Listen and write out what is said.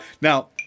now